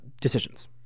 decisions